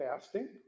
fasting